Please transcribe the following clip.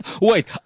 Wait